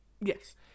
Yes